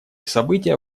события